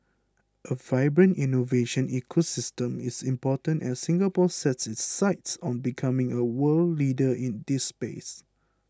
a vibrant innovation ecosystem is important as Singapore sets its sights on becoming a world leader in this space